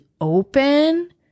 open